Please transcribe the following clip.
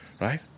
right